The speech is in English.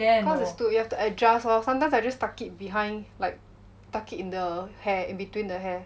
cause it's too you have to adjust lor sometimes I just tuck it behind like tuck it in the hair in between the hair